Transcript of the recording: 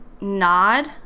nod